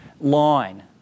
line